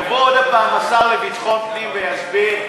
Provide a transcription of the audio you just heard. יבוא עוד פעם השר לביטחון פנים ויסביר.